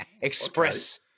express